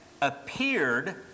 appeared